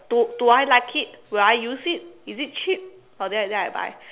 do do I like it will I use it is it cheap oh then I then I buy